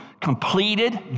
completed